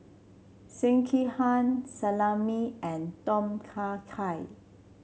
Sekihan Salami and Tom Kha Gai